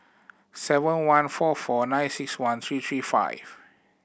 seven one four four nine six one three three five